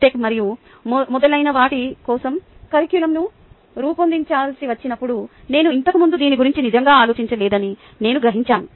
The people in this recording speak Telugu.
టెక్ మరియు మొదలైన వాటి కోసం కర్రికులం ను రూపొందించాల్సి వచ్చినప్పుడు నేను ఇంతకుముందు దీని గురించి నిజంగా ఆలోచించలేదని నేను గ్రహించాను